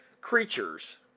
creatures